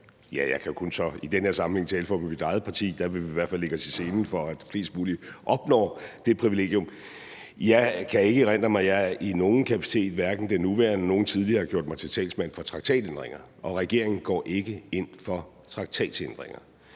ja, jeg kan jo i den sammenhæng kun tale for mit eget parti, men der vil vi i hvert fald lægge os i selen, for at flest mulige opnår det privilegium. Jeg kan ikke erindre mig, at jeg i nogen kapacitet, hverken i den nuværende eller i nogen tidligere, har gjort mig til talsmand for traktatændringer, og regeringen går ikke ind for traktatændringer.